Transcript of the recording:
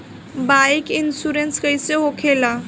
Bike insurance कैसे होखे ला?